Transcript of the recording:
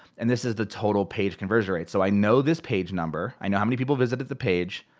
and this is the total page conversion rate. so i know this page number. i know how many people visited the page.